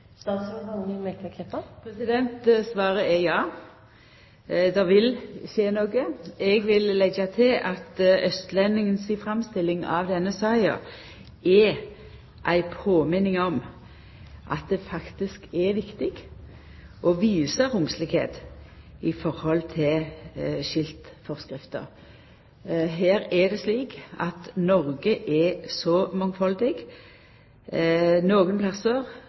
Eg vil leggja til at Østlendingen si framstilling av denne saka er ei påminning om at det faktisk er viktig å visa romslegheit når det gjeld skiltforskrifter. Det er slik at Noreg er så mangfaldig.